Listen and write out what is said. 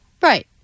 Right